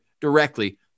directly